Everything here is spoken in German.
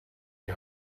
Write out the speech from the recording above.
die